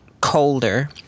colder